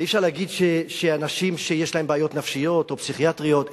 ואי-אפשר להגיד שאלה אנשים שיש להם בעיות נפשיות או פסיכיאטריות,